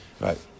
Right